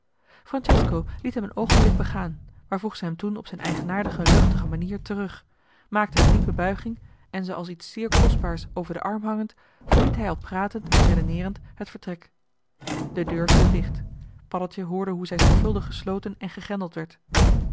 liet hem een oogenblik begaan maar vroeg ze hem toen op zijn eigenaardig luchtige manier terug maakte een diepe buiging en ze als iets zeer kostbaars over den arm hangend verliet hij al pratend en redeneerend het vertrek de deur viel dicht paddeltje hoorde hoe zij zorgvuldig gesloten en gegrendeld werd